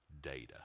data